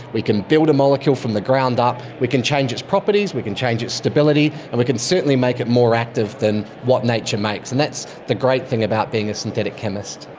we can build a molecule from the ground up, we can change its properties, we can change its stability, and we can certainly make it more active than what nature makes. and that's the great thing about being a synthetic chemist.